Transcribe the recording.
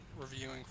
Reviewing